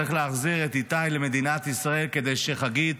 צריך להחזיר את איתי למדינת ישראל כדי שחגית